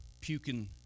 puking